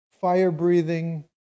fire-breathing